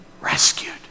rescued